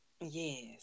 Yes